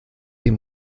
dem